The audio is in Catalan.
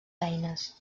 feines